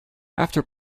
after